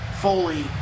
Foley